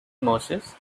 moses